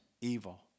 evil